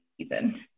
season